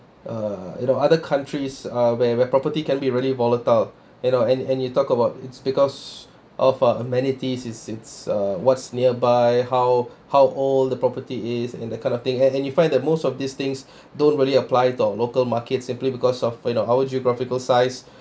uh you know other countries uh where where property can be really volatile you know and and you talk about it's because of uh amenities it's uh what's nearby how how old the property is and that kind of thing identify the most of these things don't really apply to our local markets simply because of you know our geographical size